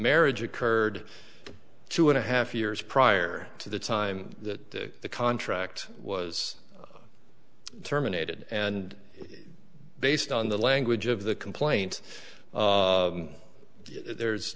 marriage occurred two and a half years prior to the time that the contract was terminated and based on the language of the complaint there's